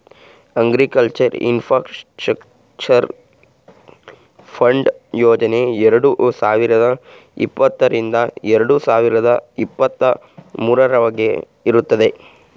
agriculture infrastructure fund ಯೋಜನೆ ಎರಡು ಸಾವಿರದ ಇಪ್ಪತ್ತರಿಂದ ಎರಡು ಸಾವಿರದ ಇಪ್ಪತ್ತ ಮೂರವರಗೆ ಇರುತ್ತದೆ